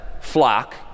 flock